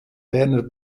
werner